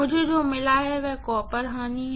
मुझे जो मिला है वह कॉपर लॉस है